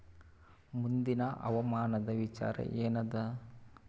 ಮುಂದಿನ ಹವಾಮಾನದ ವಿಚಾರ ಏನದ?